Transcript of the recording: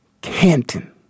Canton